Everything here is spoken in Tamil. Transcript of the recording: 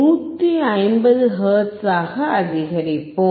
150 ஹெர்ட்ஸாக அதிகரிப்போம்